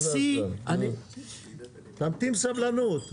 השיא, תמתין בסבלנות.